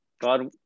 God